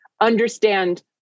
understand